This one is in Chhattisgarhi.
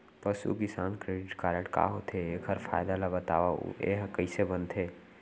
पसु किसान क्रेडिट कारड का होथे, एखर फायदा ला बतावव अऊ एहा कइसे बनथे?